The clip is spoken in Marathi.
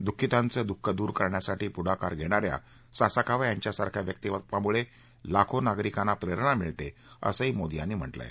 दुःखितांचं दुःख दूर करण्यासाठी पुढकार घेणा या सासाकावा यांच्यासारख्या व्यक्तीमत्वामुळे लाखो नागरिकांना प्रेरणा मिळते असंही मोदी यांनी म्हटलं आहे